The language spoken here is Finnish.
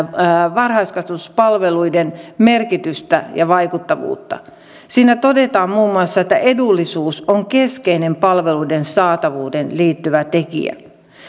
varhaiskasvatuspalveluiden merkityksestä ja vaikuttavuudesta siinä todetaan muun muassa että edullisuus on keskeinen palveluiden saatavuuteen liittyvä tekijä